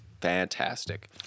fantastic